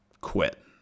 quit